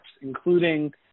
including